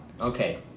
Okay